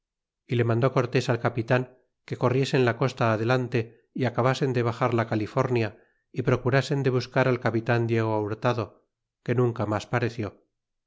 y le mandó cortés al capitan que corriesen la costa adelante y acabasen de baxar la california y procurasen de buscar al capitan diego hurtado que nunca mas pareció